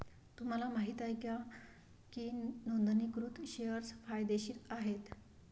तुम्हाला माहित आहे का की नोंदणीकृत शेअर्स फायदेशीर आहेत?